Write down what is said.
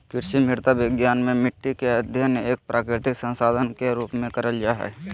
कृषि मृदा विज्ञान मे मट्टी के अध्ययन एक प्राकृतिक संसाधन के रुप में करल जा हई